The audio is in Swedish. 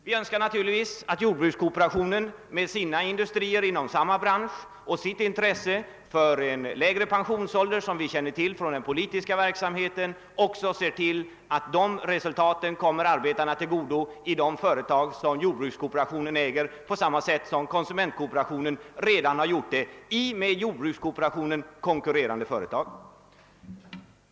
Vi önskar naturligtvis att jordbrukskooperationen med sina industrier inom samma bransch och sitt intresse för en lägre pensionsålder — det känner vi till från den politiska verksamheten — också ser till att resultatet kommer arbetarna till godo i de företag, som jordbrukskooperationen äger, på samma sätt som skett inom konsumentkooperationen och dess med jordbrukskooperationen konkurrerande företag.